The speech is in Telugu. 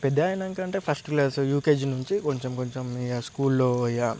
పెద్దయ్యాక అంటే ఫస్ట్ క్లాసు యూకేజీ నుంచి కొంచెం కొంచెం ఇక స్కూల్లో ఇక